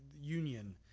union